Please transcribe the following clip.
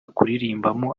kuririmbamo